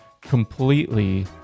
completely